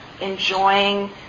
enjoying